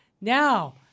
Now